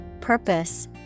purpose